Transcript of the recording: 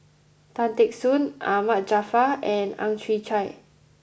Tan Teck Soon Ahmad Jaafar and Ang Chwee Chai